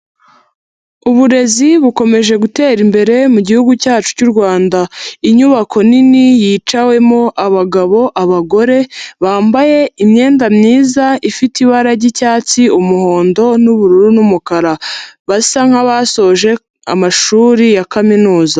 Uburezi bukomeje gutera imbere mu mugi cyacu cy Rwanda, inyubako nini yicawemo, abagabo, abagore, bambaye imyenda myiza ifite ibara ry'icyatsi, umuhondo n'ubururu n'umukara, basa nk'abasoje amashuri ya kaminuza.